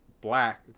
black